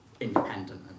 independent